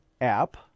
app